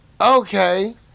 Okay